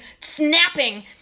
snapping